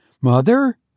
Mother